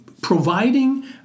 providing